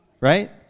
right